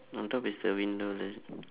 on top is the window there